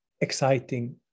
exciting